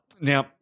Now